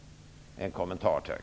En kommentar, tack!